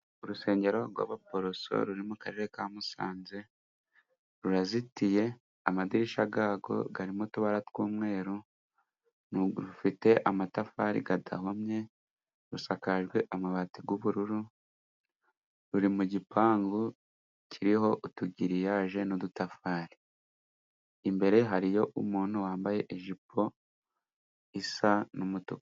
Urusengero rw'abaporoso, ruri mu karere ka Musanze, rurazitiye, amadirishya yarwo arimo utubara tw'umweru, rufite amatafari adahomye, rusakajwe amabati y'ubururu, ruri mu gipangu kiriho utugiriyaje n'udutafari, imbere hariyo umuntu wambaye ijipo isa n'umutuku.